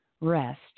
Rest